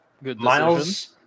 Miles